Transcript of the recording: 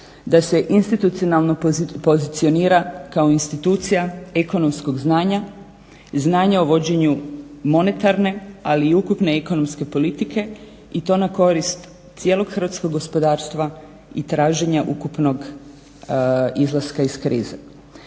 da se institucionalno pozicionira kao institucija ekonomskog znanja, znanja o vođenju monetarne ali i ukupne ekonomske politike i to na korist cijelog hrvatskog gospodarstva i traženja ukupnog izlaska iz krize.